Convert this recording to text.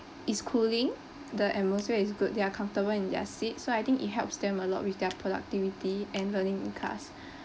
is cooling the atmosphere is good they are comfortable in their seat so I think it helps them a lot with their productivity and learning in class